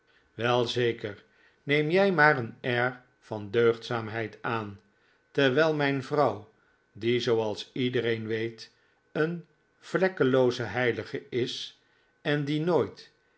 wel zeker neem jij maar een air van deugdzaamheid aan terwijl mijn vrouw die zooals iedereen weet een vlekkelooze heilige is en die nooit